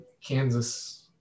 Kansas